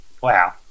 wow